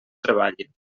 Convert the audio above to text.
treballin